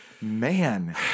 Man